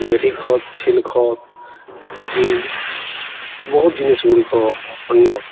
ମେଢ଼ୀ ଖତ୍ ଚିଲି ଖତ୍ କି ବହୁତ ଜିନିଷ୍ ଗୁଡ଼ିକ ଅନ୍ୟ